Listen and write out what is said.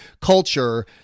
culture